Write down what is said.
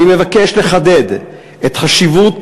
אני מבקש לחדד את חשיבות